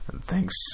thanks